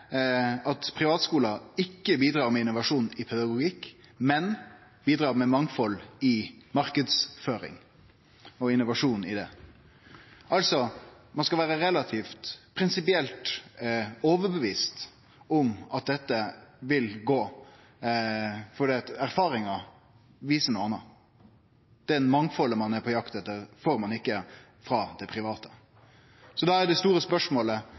at privatskular ikkje bidreg med innovasjon i pedagogikk, men med mangfald og innovasjon i marknadsføring. Altså: Ein skal vere relativt prinsipielt overtydd om at dette vil gå, for erfaringar viser noko anna. Det mangfaldet ein er på jakt etter, får ein ikkje frå dei private. Da er det store spørsmålet: